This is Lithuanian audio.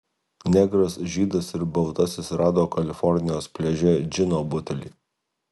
negras žydas ir baltasis rado kalifornijos pliaže džino butelį